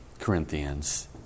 Corinthians